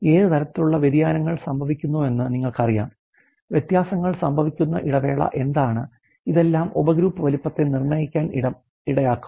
ഏത് തരത്തിലുള്ള വ്യതിയാനങ്ങൾ സംഭവിക്കുന്നുവെന്ന് നിങ്ങൾക്കറിയാം വ്യത്യാസങ്ങൾ സംഭവിക്കുന്ന ഇടവേള എന്താണ് ഇതെല്ലം ഉപഗ്രൂപ്പ് വലുപ്പത്തെ നിർണ്ണയിക്കാൻ ഇടയാക്കും